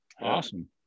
Awesome